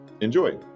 Enjoy